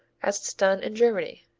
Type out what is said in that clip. as it's done in germany,